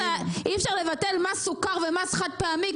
אי אפשר לבטל מס סוכר ומס חד פעמי,